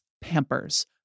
Pampers